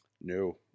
No